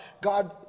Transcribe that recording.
God